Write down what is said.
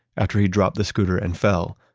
after he dropped the scooter and fell,